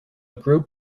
group